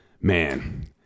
Man